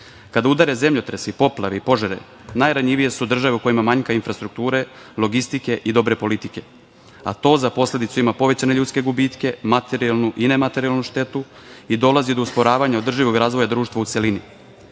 Kada udare zemljotresi, poplave, i požari najranjivije su države u kojima manjka infrastruktura, logistike i dobre politike, a to za posledicu ima povećanje ljudske gubitke, materijalnu i nematerijalnu štetu i dolazi do usporavanja održivog razvoje društva u celini. Novi